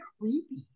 creepy